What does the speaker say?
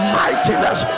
mightiness